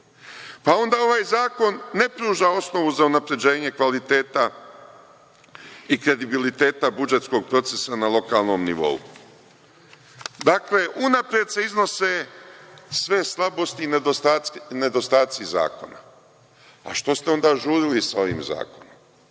Pa, onda ovaj zakon ne pruža osnovu za unapređenje kvaliteta i kredibiliteta budžetskog procesa na lokalnom nivou. Dakle, unapred se iznose sve slabosti i nedostaci zakona. Pa, što ste onda žurili sa ovim zakonom.